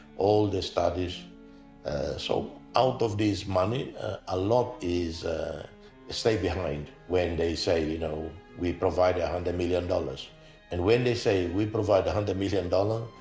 all the studies so out of this money a lot is stayed behind. when they say you know we provided a hundred million dollars and when they say we provide a hundred million dollars,